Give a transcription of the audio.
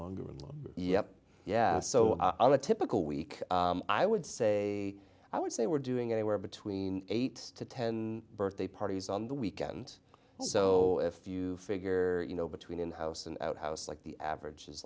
getting longer and yeah yeah so i'm a typical week i would say i would say we're doing anywhere between eight to ten birthday parties on the weekend so if you figure you know between house and out house like the average is